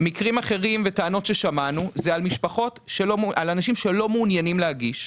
מקרים אחרים וטענות ששמענו זה על אנשים שלא מעוניינים להגיש.